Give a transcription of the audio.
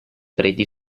preti